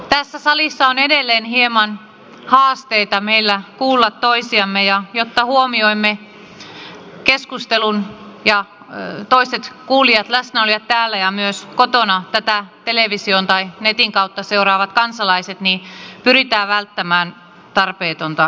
tässä salissa on edelleen hieman haasteita meillä kuulla toisiamme ja jotta huomioimme keskustelun ja toiset kuulijat läsnäolijat täällä ja myös kotona tätä television tai netin kautta seuraavat kansalaiset niin pyritään välttämään tarpeetonta keskustelua tässä salissa